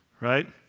right